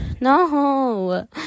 No